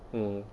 mm